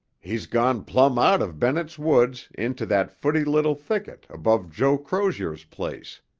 he's gone plumb out of bennett's woods into that footy little thicket above joe crozier's place.